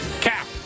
Cap